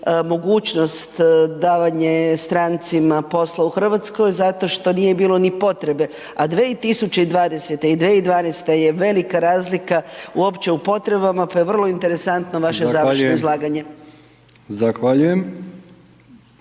mogućnost davanje strancima posla u RH zato što nije bilo ni potrebe, a 2020. i 2012. je velika razlika uopće u potrebama, pa je vrlo interesantno vaše …/Upadica: Zahvaljujem/…završno